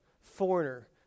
foreigner